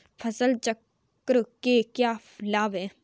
फसल चक्र के क्या लाभ हैं?